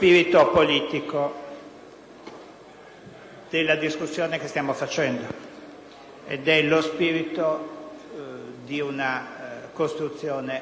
della discussione che stiamo svolgendo, che è lo spirito di una costruzione condivisa.